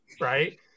right